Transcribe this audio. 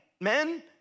men